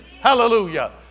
Hallelujah